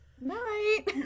Night